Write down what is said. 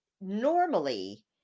normally